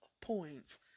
points